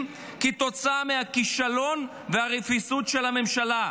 כתוצאה מהכישלון והרפיסות של הממשלה,